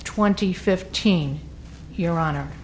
twenty fifteen your honor